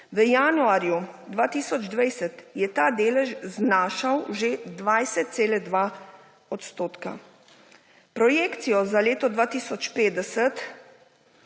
V januarju 2020 je ta delež znašal že 20,2 %. projekcijo za leto 2050,